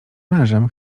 mężem